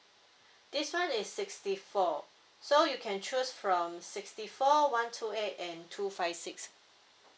this one is sixty four so you can choose from sixty four one two eight and two five six